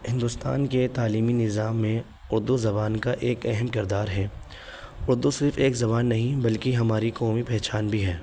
ہندوستان کے تعلیمی نظام میں اردو زبان کا ایک اہم کردار ہے اردو صرف ایک زبان نہیں بلکہ ہماری قومی پہچان بھی ہے